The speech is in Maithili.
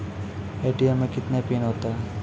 ए.टी.एम मे कितने पिन होता हैं?